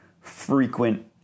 frequent